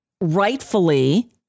rightfully